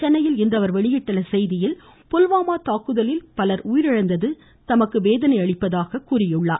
சென்னையில் இன்று அவர் வெளியிட்டுள்ள செய்தியில் புல்வாமா தாக்குதலில் பலர் உயிரிழந்தது தமக்கு வேதனையளிப்பதாக கூறியுள்ளார்